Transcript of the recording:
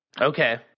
Okay